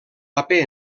paper